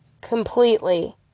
completely